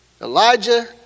Elijah